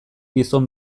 gizon